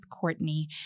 Courtney